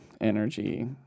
Energy